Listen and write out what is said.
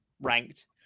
ranked